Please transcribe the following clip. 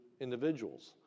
individuals